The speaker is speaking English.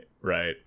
right